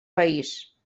país